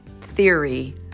theory